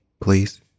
please